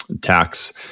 tax